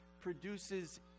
produces